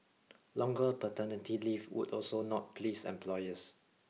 longer paternity leave would also not please employers